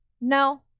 no